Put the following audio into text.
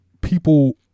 people